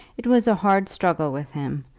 it was a hard struggle with him,